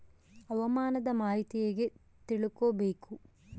ಹವಾಮಾನದ ಮಾಹಿತಿ ಹೇಗೆ ತಿಳಕೊಬೇಕು?